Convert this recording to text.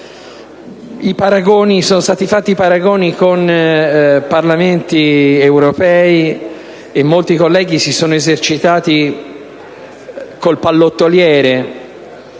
Sono stati fatti paragoni con i Parlamenti europei, e molti colleghi si sono esercitati con il pallottoliere